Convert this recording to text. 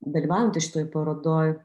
dalyvaujantys šitoj parodoj